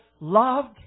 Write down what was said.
loved